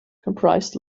comprised